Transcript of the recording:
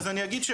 אני אגיד,